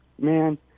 man